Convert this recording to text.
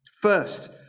First